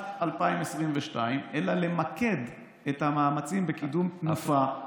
2022 אלא למקד את המאמצים בקידום "תנופה",